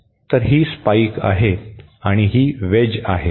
तर ही स्पाइक आहे आणि ही वेज आहे